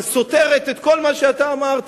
אבל סותרת את כל מה שאתה אמרת.